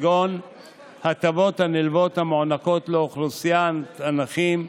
כגון ההטבות הנלוות המוענקות לאוכלוסיות הנכים: